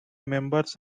members